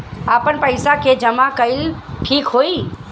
आपन पईसा के जमा कईल ठीक होई?